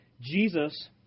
Jesus